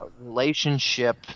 relationship